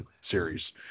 series